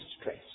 stress